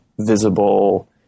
visible